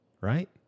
right